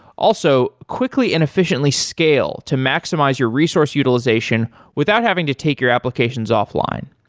also, quickly and efficiently scale to maximize your resource utilization without having to take your applications offline.